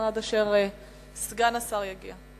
עד אשר סגן השר יגיע.